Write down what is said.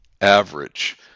average